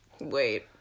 wait